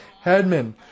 Headman